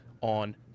on